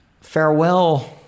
farewell